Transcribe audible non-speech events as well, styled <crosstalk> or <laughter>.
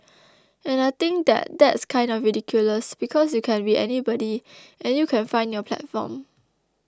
<noise> and I think that that's kind of ridiculous because you can be anybody and you can find your platform